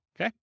Okay